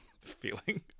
feeling